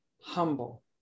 humble